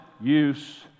use